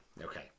Okay